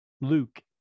luke